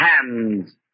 Hands